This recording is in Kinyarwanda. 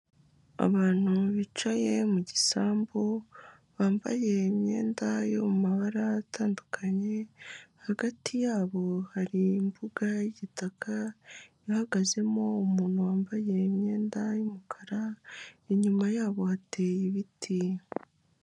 Abantu bicaye mu gisambu, bambaye imyenda yo mu mabara atandukanye, hagati yabo hari imbuga y'igitaka ihagazemo umuntu wambaye imyenda y'umukara, inyuma yabo hateye ibiti.